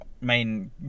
main